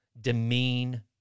demean